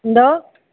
എന്തോ